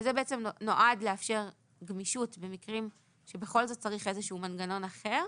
זה נועד לאפשר גמישות במקרים שבכל זאת צריך איזה שהוא מנגנון אחר.